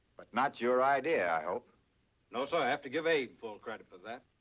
but not your idea, i hope. no. so i have to give abe full credit for that.